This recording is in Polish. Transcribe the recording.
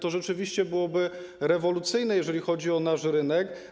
To rzeczywiście byłoby rewolucyjne, jeżeli chodzi o nasz rynek.